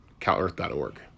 calearth.org